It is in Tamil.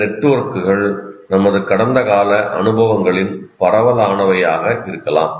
இந்த நெட்வொர்க்குகள் நமது கடந்த கால அனுபவங்களின் பரவலானவையாக இருக்கலாம்